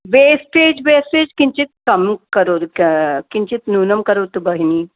wastage wastage किञ्चित् कं करोतु किञ्चित् न्यूनं करोतु बहिनी